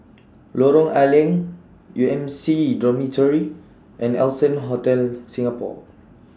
Lorong A Leng U M C Dormitory and Allson Hotel Singapore